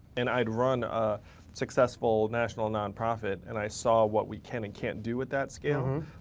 and i'd run a successful national nonprofit and i saw what we can and can't do with that skill.